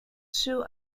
shoe